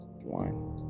one